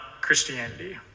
Christianity